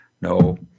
No